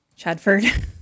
chadford